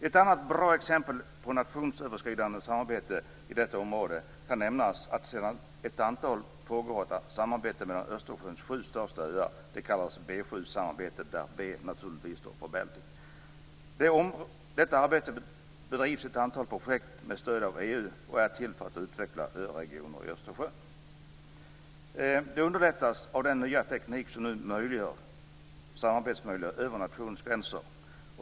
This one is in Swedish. Ett annat bra exempel på nationsöverskridande samarbete i detta område är det som pågår mellan Östersjöns sju största öar. Det kallas B 7-samarbetet, där B naturligtvis för Baltic. Inom detta samarbete bedrivs ett antal projekt med stöd av EU, och det är till för att utveckla öregioner i Östersjön. Det underlättas av den nya teknik som nu möjliggör samarbete över nationsgränser.